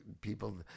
people